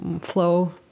flow